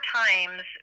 times